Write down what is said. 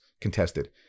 contested